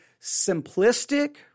simplistic